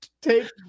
take